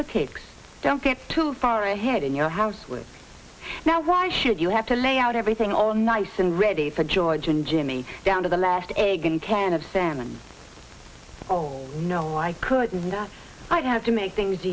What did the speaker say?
takes don't get too far ahead in your house with now why should you have to lay out everything all nice and ready for george and jimmy down to the last egg and can of salmon oh no i couldn't and i'd have to make things